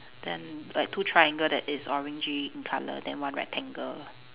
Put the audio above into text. then like two triangle that is orangey in colour then one rectangle